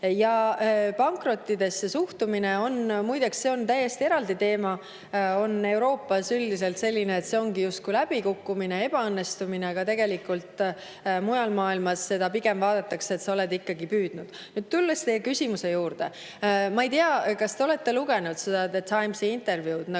Pankrotti suhtumine on – muideks, see on täiesti eraldi teema – Euroopas üldiselt selline, et see on justkui läbikukkumine, ebaõnnestumine. Aga tegelikult mujal maailmas vaadatakse seda pigem nii, et sa oled ikkagi püüdnud. Nüüd tulen teie küsimuse juurde. Ma ei tea, kas te olete lugenud seda [minu] The Timesi intervjuud